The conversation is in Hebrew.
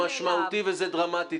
זה משמעותי וזה דרמטי.